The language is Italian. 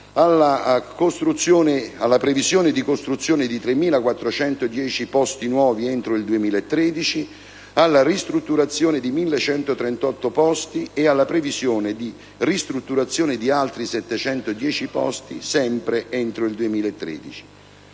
alla previsione di costruzione di 3.410 nuovi posti entro il 2013, alla ristrutturazione di 1.138 posti ed alla previsione di ristrutturazione di altri 710 posti sempre entro il 2013.